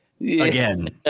again